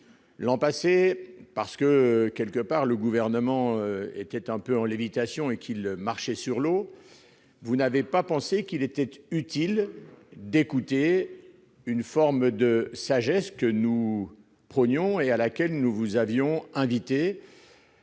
L'an passé, parce que le Gouvernement était quelque peu en lévitation et marchait sur l'eau, vous n'avez pas pensé qu'il était utile d'écouter la forme de sagesse que nous prônions et à laquelle nous vous avions invités.